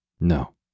No